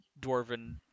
dwarven